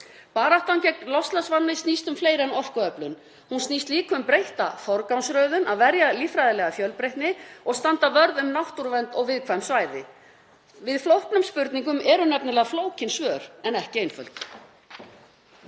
Baráttan gegn loftslagsvánni snýst um fleira en orkuöflun. Hún snýst líka um breytta forgangsröðun, að verja líffræðilega fjölbreytni og standa vörð um náttúruvernd og viðkvæm svæði. Við flóknum spurningum eru nefnilega flókin svör en ekki einföld.